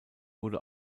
wurde